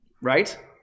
Right